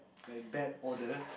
like bad odor